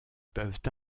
peuvent